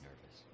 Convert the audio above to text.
nervous